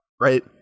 right